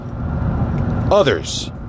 others